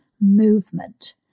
movement